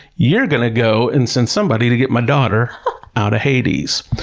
you're going to go and send somebody to get my daughter out of hades.